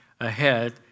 ahead